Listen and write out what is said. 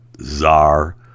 czar